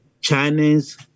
Chinese